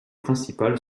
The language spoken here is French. principale